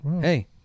hey